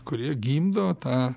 kurie gimdo tą